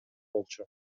болчу